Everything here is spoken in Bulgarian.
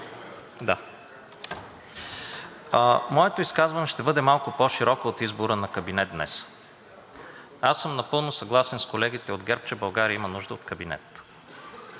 Моето изказване ще бъде малко по-широко от избора на кабинет днес. Аз съм напълно съгласен с колегите от ГЕРБ, че България има нужда от кабинет.